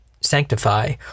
sanctify